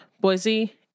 Boise